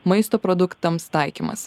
maisto produktams taikymas